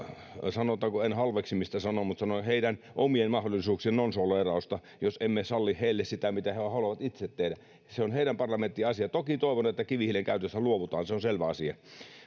en sano halveksimista mutta sanon että heidän omien mahdollisuuksiensa nonsaleerausta jos emme salli heille sitä mitä he he haluavat itse tehdä se on heidän parlamenttinsa asia toki toivon että kivihiilen käytöstä luovutaan se on selvä asia